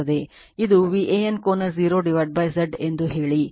ಇದು VAN ಕೋನ 0 z ಎಂದು ಹೇಳಿ